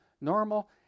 normal